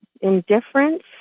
indifference